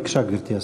בבקשה, גברתי השרה.